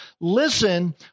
listen